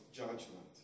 judgment